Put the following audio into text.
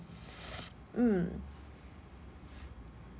mm